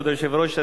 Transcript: כבוד היושב-ראש,